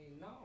no